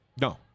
no